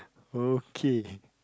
okay